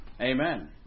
Amen